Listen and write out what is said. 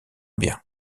bien